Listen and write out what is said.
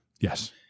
Yes